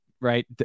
Right